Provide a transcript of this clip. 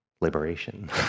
liberation